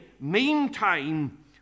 meantime